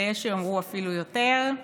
ויש שיאמרו אפילו יותר.